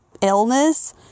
illness